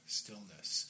stillness